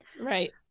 right